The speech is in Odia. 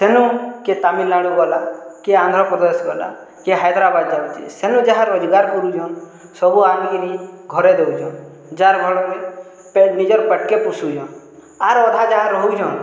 ସେନୁ କିଏ ତାମିଲନାଡୁ ଗଲା କିଏ ଆନ୍ଧ୍ରପ୍ରଦେଶ ଗଲା କିଏ ହାଇଦ୍ରାବାଦ ଯାଉଛେ ସେନୁ ଯାହା ରୋଜ୍ଗାର୍ କରୁଛନ୍ ସବୁ ଆନିକିରି ଘରେ ଦଉଛନ ଯାହାର୍ ଘର୍ ପେଟ୍ ନିଜର୍ ପେଟ୍କେ ପୁସୁଛନ୍ ଆର୍ ଅଧା ଯାହା ରହୁଛନ